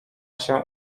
się